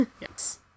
yes